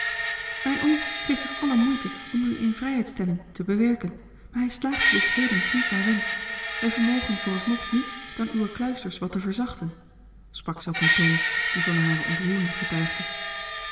mijn oom geeft zich alle moeite om uwe invrijheidstelling te bewerken maar hij slaagde tot heden niet naar wensch wij vermogen vooralsnog niets dan uwe kluisters wat te verzachten sprak ze op een toon die van hare ontroering getuigde